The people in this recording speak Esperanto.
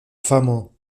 famo